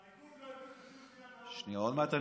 הליכוד לא הביאו תקציב מדינה באוגוסט,